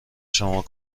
شما